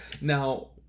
Now